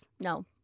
No